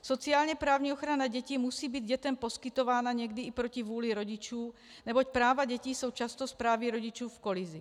Sociálněprávní ochrana dětí musí být dětem poskytována někdy i proti vůli rodičů, neboť práva dětí jsou často s právy rodičů v kolizi.